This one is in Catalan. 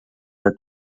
del